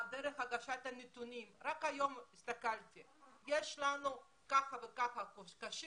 תחשבו על דרך הגשת הנתונים יש לנו ככה וככה חולים קשים,